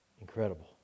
incredible